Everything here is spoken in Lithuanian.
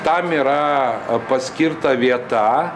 tam yra paskirta vieta